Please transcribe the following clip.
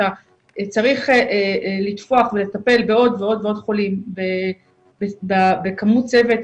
כשאתה צריך לטפוח ולטפל בעוד ועוד חולים בכמות צוות,